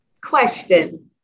question